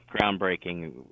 groundbreaking